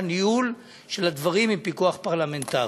הניהול של הדברים עם פיקוח פרלמנטרי.